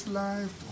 life